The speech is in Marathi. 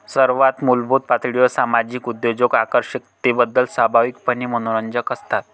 सर्वात मूलभूत पातळीवर सामाजिक उद्योजक आकर्षकतेबद्दल स्वाभाविकपणे मनोरंजक असतात